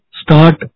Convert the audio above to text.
start